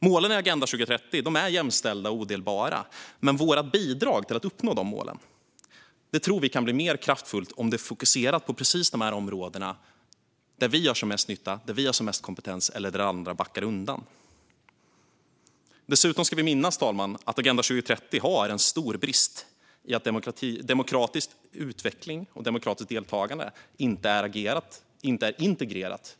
Målen i Agenda 2030 är jämställda och odelbara, men vårt bidrag till att uppnå dem kan bli mer kraftfullt om det är fokuserat på precis de områden där vi gör som mest nytta och har mest kompetens eller där andra backar undan. Dessutom ska vi minnas att Agenda 2030 har en stor brist i och med att demokratisk utveckling och demokratiskt deltagande inte är integrerat.